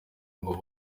ngo